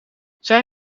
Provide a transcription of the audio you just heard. zij